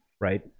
right